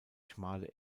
schmale